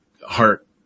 heart